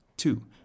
Two